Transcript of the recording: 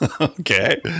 okay